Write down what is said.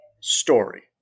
story